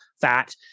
fat